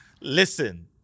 Listen